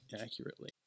accurately